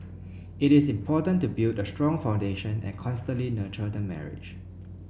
it is important to build a strong foundation and constantly nurture the marriage